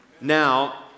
now